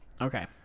okay